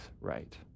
right